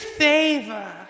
favor